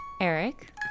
Eric